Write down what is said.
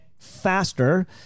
Faster